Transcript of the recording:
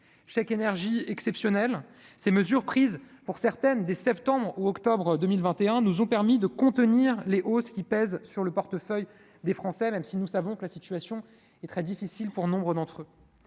chèque énergie exceptionnel, ces mesures prises pour certaines dès septembre ou octobre 2021 nous ont permis de contenir les hausses qui pèsent sur le portefeuille des Français, même si nous savons que la situation est très difficile pour nombre d'entre eux,